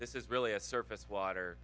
this is really a surface water